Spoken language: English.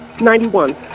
Ninety-one